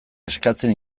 eskatzen